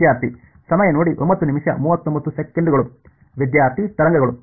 ವಿದ್ಯಾರ್ಥಿ ತರಂಗಗಳು